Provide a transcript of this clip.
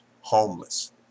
homeless